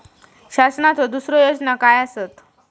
शासनाचो दुसरे योजना काय आसतत?